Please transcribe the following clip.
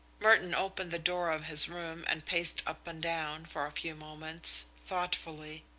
merton opened the door of his room and paced up and down, for a few moments, thoughtfully.